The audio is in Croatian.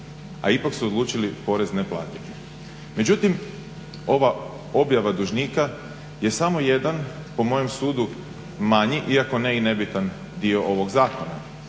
a ipak su odlučili porez neplatiti. Međutim, ova objava dužnika je damo jedan po mom sudu manji iako ne i nebitan dio ovog zakona.